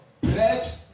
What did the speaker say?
Bread